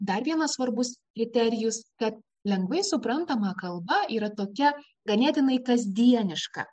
dar vienas svarbus kriterijus kad lengvai suprantama kalba yra tokia ganėtinai kasdieniška